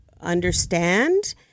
understand